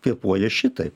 kvėpuoja šitai